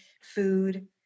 food